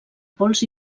pols